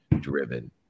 driven